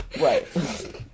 Right